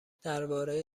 درباره